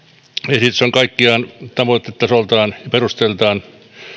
esitys on kaikkiaan tavoitetasoltaan ja perusteiltaan